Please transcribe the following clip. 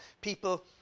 people